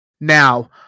now